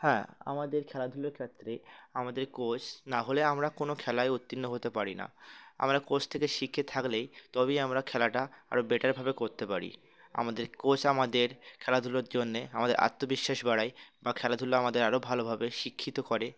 হ্যাঁ আমাদের খেলাধুলোর ক্ষেত্রে আমাদের কোচ না হলে আমরা কোনো খেলায় উত্তীর্ণ হতে পারি না আমরা কোচ থেকে শিখে থাকলেই তবেই আমরা খেলাটা আরও বেটারভাবে করতে পারি আমাদের কোচ আমাদের খেলাধুলোর জন্যে আমাদের আত্মবিশ্বাস বাড়ায় বা খেলাধুলা আমাদের আরও ভালোভাবে শিক্ষিত করে